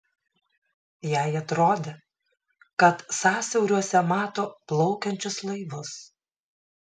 jai atrodė kad sąsiauriuose mato plaukiančius laivus